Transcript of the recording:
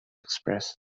express